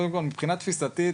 קודם כל מבחינה תפיסתית,